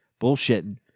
bullshitting